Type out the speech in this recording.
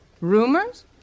Rumors